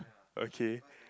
okay